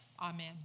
Amen